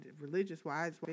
religious-wise